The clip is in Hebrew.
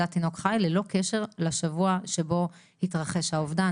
תינוק חי ללא קשר לשבוע שבו התרחש האובדן.